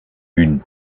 une